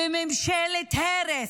ממשלת הרס,